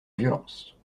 violence